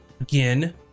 again